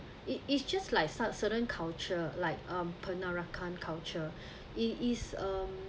it is just like some certain culture like um peranakan culture it is um